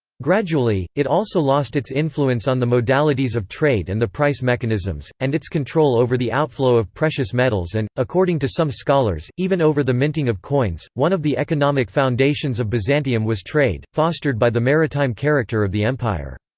gradually, it also lost its influence on the modalities of trade and the price mechanisms, and its control over the outflow of precious metals and, according to some scholars, even over the minting of coins one of the economic foundations of byzantium was trade, fostered by the maritime character of the empire.